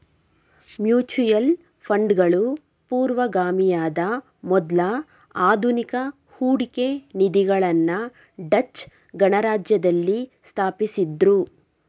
mutual ಫಂಡ್ಗಳು ಪೂರ್ವಗಾಮಿಯಾದ ಮೊದ್ಲ ಆಧುನಿಕ ಹೂಡಿಕೆ ನಿಧಿಗಳನ್ನ ಡಚ್ ಗಣರಾಜ್ಯದಲ್ಲಿ ಸ್ಥಾಪಿಸಿದ್ದ್ರು